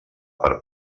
per